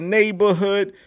neighborhood